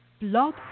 Blog